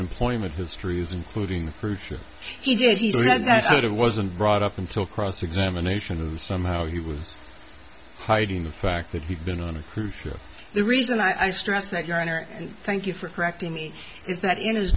employment history is including the proof he did he said it wasn't brought up until cross examination and somehow he was hiding the fact that he'd been on a cruise ship the reason i stress that your honor and thank you for correcting me is that in his